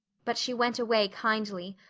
but she went away kindly,